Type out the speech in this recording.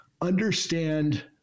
understand